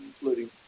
including